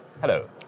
Hello